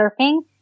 surfing